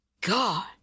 God